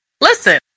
listen